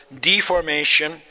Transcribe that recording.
deformation